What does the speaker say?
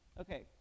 Okay